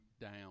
down